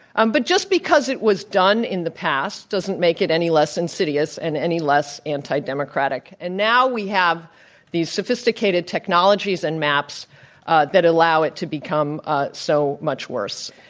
um but just because it was done in the past doesn't make it any less insidious and any less anti-democratic. and now, we have these sophisticated technologies and maps that allow it to become ah so much the